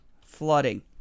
flooding